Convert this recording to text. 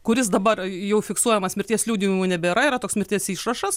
kuris dabar jau fiksuojamas mirties liudijimo nebėra yra toks mirties išrašas